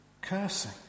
cursing